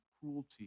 cruelty